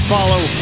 Follow